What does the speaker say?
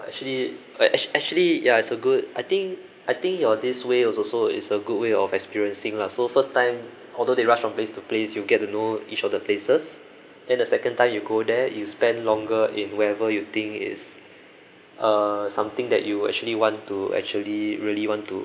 actually uh actually yeah it's a good I think I think your this way is also is a good way of experiencing lah so first time although they rush from place to place you get to know each of the places then the second time you go there you spend longer in wherever you think is uh something that you actually want to actually really want to